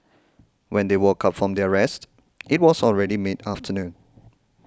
when they woke up from their rest it was already mid afternoon